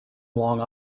long